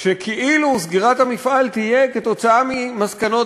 שכאילו סגירת המפעל תהיה כתוצאה ממסקנות